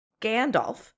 Gandalf